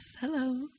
hello